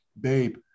Babe